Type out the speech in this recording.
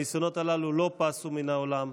הניסיונות הללו לא פסו מן העולם,